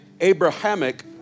Abrahamic